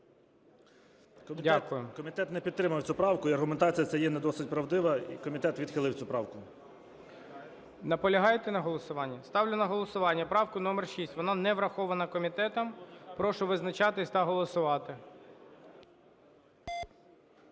А.М. Комітет не підтримав цю правку, і аргументація ця є не досить правдива. І комітет відхилив цю правку. ГОЛОВУЮЧИЙ. Наполягаєте на голосуванні? Ставлю на голосування правку номер 6. Вона не врахована комітетом. Прошу визначатись та голосувати.